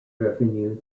revenue